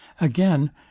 Again